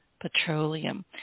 petroleum